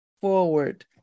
forward